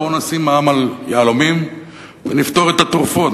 בואו נשים מע"מ על יהלומים ונפטור את התרופות.